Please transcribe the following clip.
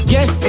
Yes